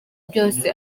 byose